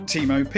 Timo